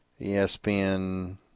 ESPN